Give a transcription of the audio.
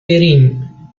برین